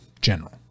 general